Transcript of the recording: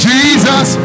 Jesus